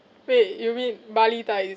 wait you mean bali thai